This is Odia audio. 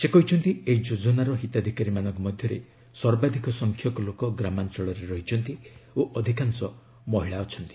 ସେ କହିଛନ୍ତି ଏହି ଯୋଜନାର ହିତାଧିକାରୀମାନଙ୍କ ମଧ୍ୟରେ ସର୍ବାଧିକ ସଂଖ୍ୟକ ଲୋକ ଗ୍ରାମାଞ୍ଚଳରେ ରହିଛନ୍ତି ଓ ଅଧିକାଂଶ ମହିଳା ରହିଛନ୍ତି